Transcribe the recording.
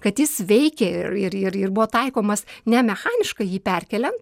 kad jis veikė ir ir ir buvo taikomas ne mechaniškai jį perkeliant